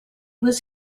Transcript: was